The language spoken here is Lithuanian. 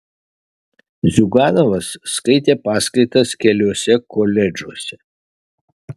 ziuganovas skaitė paskaitas keliuose koledžuose